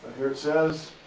here it says,